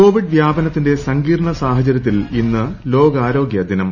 Covid വ്യാപനത്തിന്റെ സങ്കീർണ സാഹചര്യത്തിൽ ഇന്ന് ലോകാരോഗ്യ ദിനം